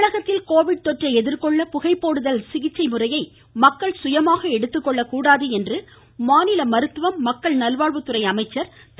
தமிழகத்தில் கோவிட் தொற்றை எதிர்கொள்ள புகை போடுதல் சிகிச்சை முறையை மக்கள் சுயமாக எடுத்துக்கொள்ளக்கூடாது என்று மாநில மருத்துவம் மக்கள் நல்வாழ்வுத்துறை அமைச்சர் திரு